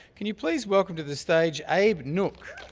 can you please welcome to the stage abe nouk.